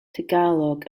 tagalog